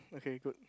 okay good